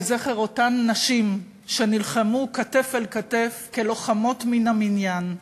לזכר אותן נשים שנלחמו כתף אל כתף כלוחמות מן המניין.